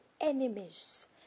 enemies